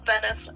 Venice